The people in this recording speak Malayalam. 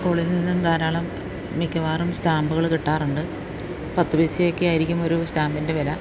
സ്കൂളിൽ നിന്നും ധാരാളം മിക്കവാറും സ്റ്റാമ്പുകള് കിട്ടാറുണ്ട് പത്തു പൈസയൊക്കെ ആയിരിക്കും ഒരു സ്റ്റാമ്പിൻ്റെ വില